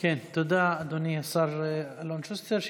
תודה, אדוני השר אלון שוסטר.